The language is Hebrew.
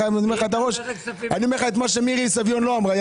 אני אומר לך את מה שמירי סביון לא אמרה.